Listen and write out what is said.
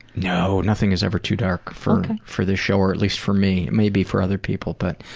no! nothing is ever too dark for for this show or at least for me, maybe for other people but,